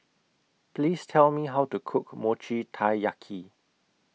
Please Tell Me How to Cook Mochi Taiyaki